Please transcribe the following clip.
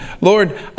Lord